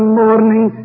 morning